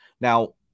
Now